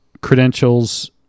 credentials